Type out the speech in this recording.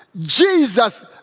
Jesus